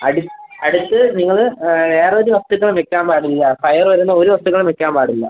അടു അടുത്ത് നിങ്ങൾ വേറൊരു വസ്തുക്കളും വെക്കാൻ പാടില്ല ഫയറ് വരുന്ന ഒരു വസ്തുക്കളും വെക്കാൻ പാടില്ല